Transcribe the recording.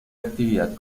actividad